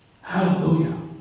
Hallelujah